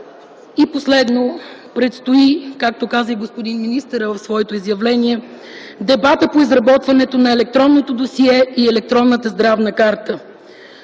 И последно, предстои, както каза и господин министърът в своето изявление, дебатът по изработването на електронното досие и електронната здравна карта.